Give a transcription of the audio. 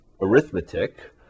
arithmetic